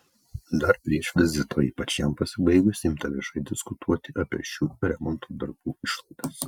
dar prieš vizitą o ypač jam pasibaigus imta viešai diskutuoti apie šių remonto darbų išlaidas